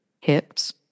hips